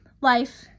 Life